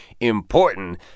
important